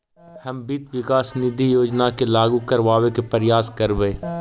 हम वित्त विकास निधि योजना के लागू करबाबे के प्रयास करबई